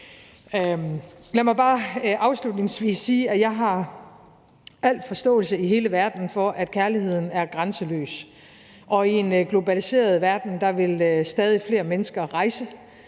Lad mig bare afslutningsvis sige, at jeg har al forståelse i hele verden for, at kærligheden er grænseløs, og i en globaliseret verden vil stadig flere mennesker rejse,